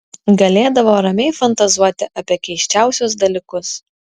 galėdavo ramiai fantazuoti apie keisčiausius dalykus